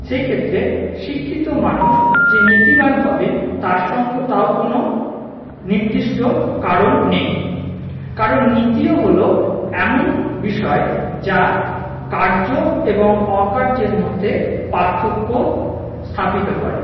সেই ক্ষেত্রে শিক্ষিত মানুষ যে নীতিবান হবেন তার সঙ্গে তাও কোনো নির্দিষ্ট কারণ নেই কারণ নীতিও হলো এমন বিষয় যা কার্য এবং অকার্যের মধ্যে পার্থক্য স্থাপিত করে